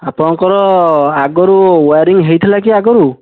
ଆପଣଙ୍କର ଆଗରୁ ୱାରିଂ ହେଇଥିଲା କି ଆଗରୁ